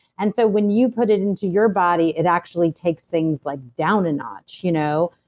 and so when you put it into your body, it actually takes things like down a notch. you know